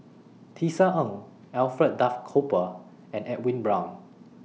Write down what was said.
Tisa Ng Alfred Duff Cooper and Edwin Brown